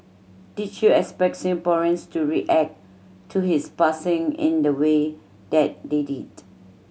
did you expect Singaporeans to react to his passing in the way that they did